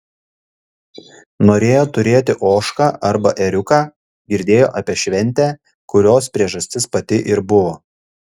norėjo turėti ožką arba ėriuką girdėjo apie šventę kurios priežastis pati ir buvo